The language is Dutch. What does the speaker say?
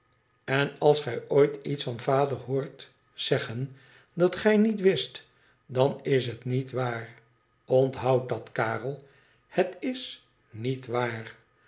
n als gij ooit iets van vader hoort zeggen dat ffij niet wist dan is het niet waar ontbond dat karel het is niet waar